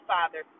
Father